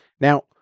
Now